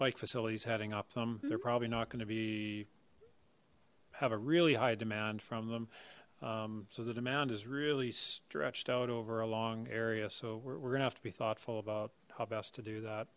bike facilities heading up them they're probably not going to be have a really high demand from them so the demand is really stretched out over a long area so we're going to have to be thoughtful about how best to do that